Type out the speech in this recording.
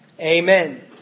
amen